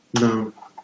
No